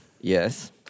Yes